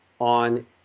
on